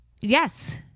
yes